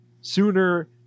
sooner